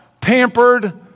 pampered